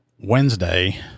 Wednesday